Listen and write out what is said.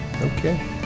Okay